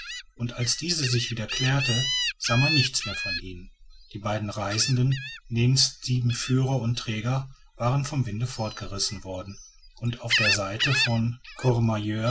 und als diese sich wieder klärte sah man nichts mehr von ihnen die beiden reisenden nebst sieben führern und trägern waren vom winde fortgerissen worden und auf der seite von